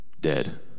Dead